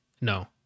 No